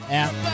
app